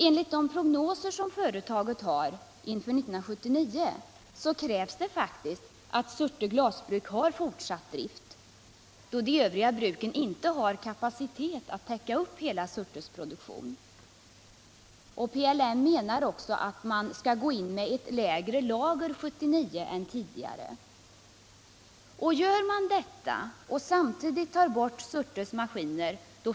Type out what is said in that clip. Enligt företagets prognoser för 1979 krävs det faktiskt att Surte Glasbruk har fortsatt drift, då de övriga bruken inte har kapacitet att täcka Surte Glasbruks hela produktion. PLM menar också att man skall gå in i 1979 med ett lägre lager än udigare. Gör man detta samtidigt som Surte Glasbruks maskiner tas bort.